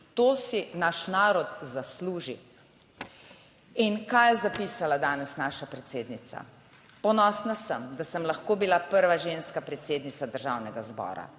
To si naš narod zasluži. In kaj je zapisala danes naša predsednica? "Ponosna sem, da sem lahko bila prva ženska predsednica Državnega zbora,